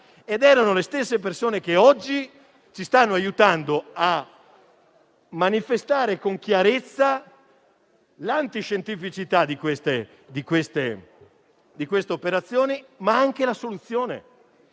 e sono le stesse persone che oggi ci stanno aiutando a manifestare con chiarezza l'antiscientificità di queste operazioni, ma anche la soluzione.